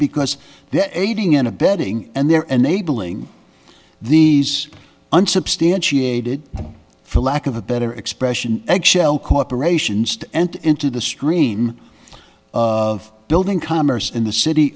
because they're aiding and abetting and they're enabling these unsubstantiated for lack of a better expression eggshell corporations to enter into the stream of building commerce in the city